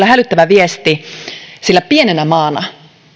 hälyttävä viesti sillä pienenä maana